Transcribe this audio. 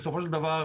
בסופו של דבר,